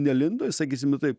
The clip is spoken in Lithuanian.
nelindo jis sakysime taip